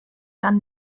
dann